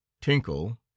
TINKLE